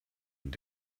und